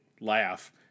laugh